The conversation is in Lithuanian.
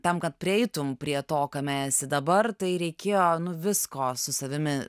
tam kad prieitum prie to kame esi dabar tai reikėjo nu visko su savimi